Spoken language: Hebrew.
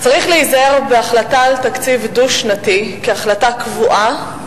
"צריך להיזהר בהחלטה על תקציב דו-שנתי כהחלטה קבועה,